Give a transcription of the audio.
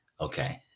Okay